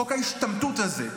חוק ההשתמטות הזה,